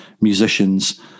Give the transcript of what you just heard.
musicians